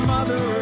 Mother